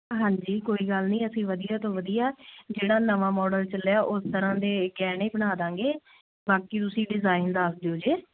ਹਾਂਜੀ ਕੋਈ ਗੱਲ ਨੀ ਅਸੀਂ ਵਧੀਆ ਤੋਂ ਵਧੀਆ ਜਿਹੜਾ ਨਵਾਂ ਮੋਡਲ ਚੱਲਿਆ ਉਸ ਤਰ੍ਹਾਂ ਦੇ ਗਹਿਣੇ ਬਣਾ ਦਾਂਗੇ ਬਾਕੀ ਤੁਸੀਂ ਡਿਜ਼ਾਈਨ ਦੱਸ ਦਿਓ ਜੇ